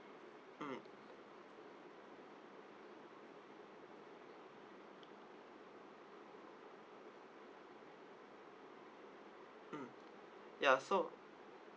mm mm ya so